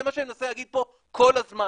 זה מה שאני מנסה להגיד פה כל הזמן,